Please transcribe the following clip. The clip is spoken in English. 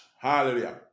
Hallelujah